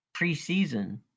preseason